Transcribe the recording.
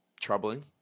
troubling